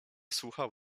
słuchał